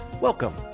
Welcome